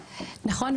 נכון.